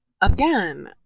again